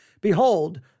Behold